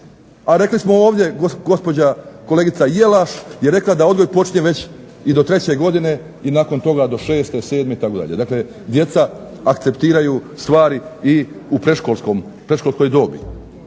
A rekli smo ovdje gospođa kolegica Jelaš je rekla da odgoj počinje već i do treće godine i nakon toga do šeste, sedme itd. dakle, djeca akceptiraju stvari i u predškolskoj dobi.